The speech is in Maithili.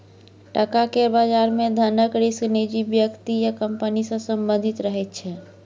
टका केर बजार मे धनक रिस्क निजी व्यक्ति या कंपनी सँ संबंधित रहैत छै